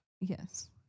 Yes